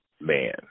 man